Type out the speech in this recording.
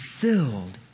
filled